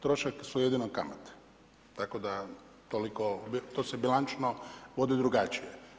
Trošak su jedino kamate tako da toliko, to se bila bilančno vodi drugačije.